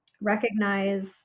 Recognize